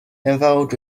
involved